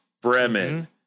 bremen